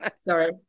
Sorry